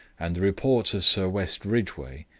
and the report of sir west ridgeway,